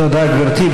תודה, גברתי.